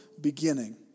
beginning